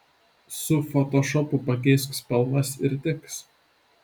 su fotošopu pakeisk spalvas ir tiks